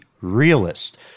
Realist